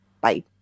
Bye